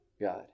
God